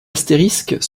astérisque